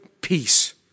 peace